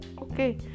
Okay